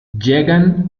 llegan